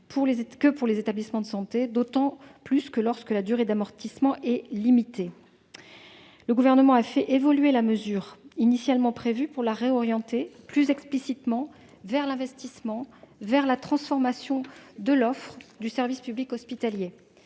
que pour les établissements de santé, surtout lorsque la durée d'amortissement est limitée. Le Gouvernement a fait évoluer la mesure initialement prévue pour la réorienter plus explicitement vers l'investissement, vers la transformation de l'offre du service public hospitalier.